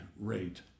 rate